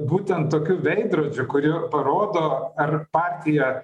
būtent tokiu veidrodžiu kurio parodo ar partija